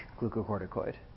glucocorticoid